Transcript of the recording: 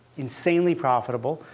insanely profitable.